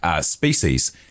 species